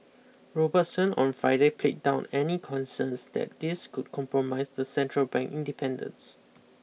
Robertson on Friday played down any concerns that this could compromise the central bank independence